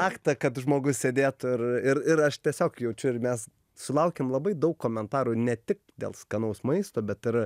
aktą kad žmogus sėdėtų ir ir ir aš tiesiog jaučiu ir mes sulaukiam labai daug komentarų ne tik dėl skanaus maisto bet ir